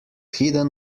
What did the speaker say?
hidden